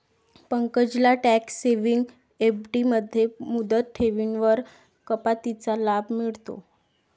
पंकजला tax saving FD मध्ये मुदत ठेवींवरील कपातीचा लाभ मिळतो